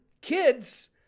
Kids